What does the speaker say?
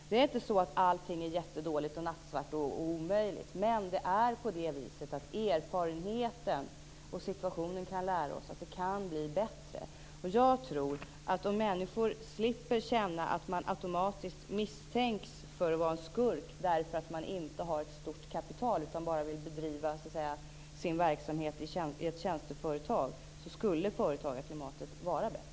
Allt är inte jättedåligt, nattsvart och omöjligt, men erfarenheten och situationen kan lära oss att det kan bli bättre. Jag tror att om människor slipper känna att de automatiskt misstänks för att vara skurkar därför att de inte har ett stort kapital utan bara vill bedriva sin verksamhet i ett tjänsteföretag skulle företagarklimatet vara bättre.